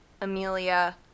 Amelia